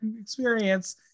experience